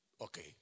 Okay